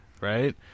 Right